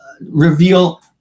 reveal